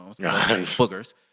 boogers